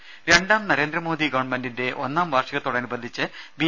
രുദ രണ്ടാം നരേന്ദ്രമോദി ഗവൺമെന്റിന്റെ ഒന്നാം വാർഷികത്തോടനുബന്ധിച്ച് ബി